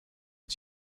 une